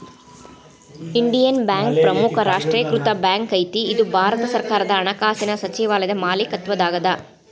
Indian bank ಪ್ರಮುಖ ರಾಷ್ಟ್ರೇಕೃತ bank ಐತಿ ಇದು ಭಾರತ ಸರ್ಕಾರದ ಹಣಕಾಸಿನ್ ಸಚಿವಾಲಯದ ಮಾಲೇಕತ್ವದಾಗದ